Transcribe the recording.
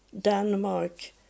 Denmark